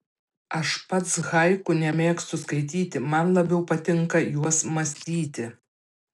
aš pats haiku nemėgstu skaityti man labiau patinka juos mąstyti